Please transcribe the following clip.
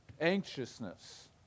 anxiousness